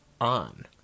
on